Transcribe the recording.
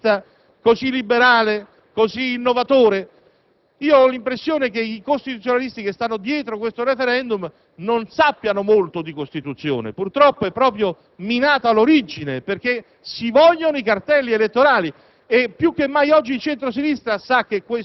Questo vuole il *referendum* così modernista, così liberale, così innovatore? Ho l'impressione che i costituzionalisti che stanno dietro questo *referendum* non sappiano molto di Costituzione; purtroppo la situazione è minata all'origine, perché si vogliono i cartelli elettorali